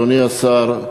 אדוני השר,